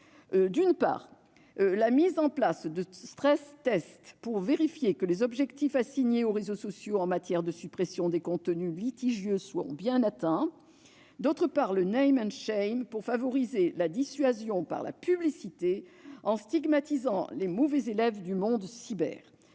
d'une part, la mise en place de pour vérifier que les objectifs assignés aux réseaux sociaux en matière de suppression des contenus litigieux sont bien atteints ; d'autre part, le développement du pour favoriser la dissuasion par la publicité, en stigmatisant les mauvais élèves du cyberespace.